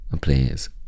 please